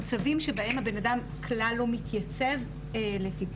מצבים שבהם הבן אדם כלל לא מתייצב לטיפול